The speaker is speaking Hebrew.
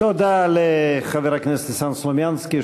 תודה לחבר הכנסת ניסן סלומינסקי,